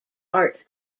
art